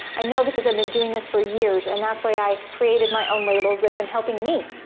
i know because i've been doing this for years and that's why i created my own labels they've been helping me.